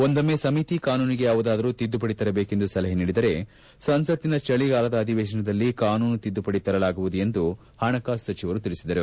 ಒಂದೊಮ್ನೆ ಸಮಿತಿ ಕಾನೂನಿಗೆ ಯಾವುದಾದರೂ ತಿದ್ಲುಪಡಿ ತರಬೇಕೆಂದು ಸಲಹೆ ನೀಡಿದರೆ ಸಂಸತ್ತಿನ ಚಳಿಗಾಲದ ಅಧಿವೇಶನದಲ್ಲಿ ಕಾನೂನು ತಿದ್ದುಪಡಿ ತರಲಾಗುವುದು ಎಂದು ಪಣಕಾಸು ಸಚಿವರು ಹೇಳಿದರು